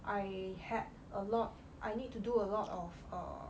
I had a lot I need to do a lot of err